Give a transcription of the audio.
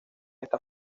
esta